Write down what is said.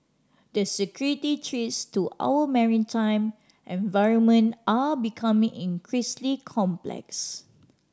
the security threats to our maritime environment are becoming increasingly complex